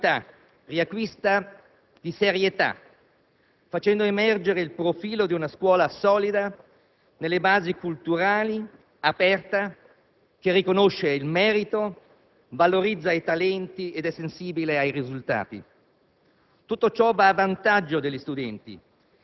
L'esame di Stato - la «maturità» - riacquista di serietà, facendo emergereil profilo di una scuola solida nelle basi culturali, aperta, che riconosce il merito, valorizza i talenti ed è sensibile ai risultati.